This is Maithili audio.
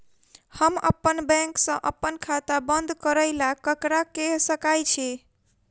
हम अप्पन बैंक सऽ अप्पन खाता बंद करै ला ककरा केह सकाई छी?